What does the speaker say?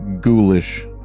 ghoulish